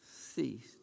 ceased